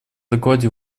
докладе